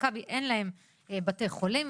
מכבי אין להם בתי חולים,